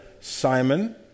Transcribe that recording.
Simon